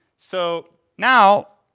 so now,